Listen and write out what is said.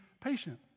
patient